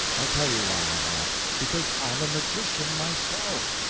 i'll tell you why i laughed. because i'm a magician myself.